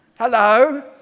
Hello